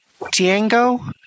Tiango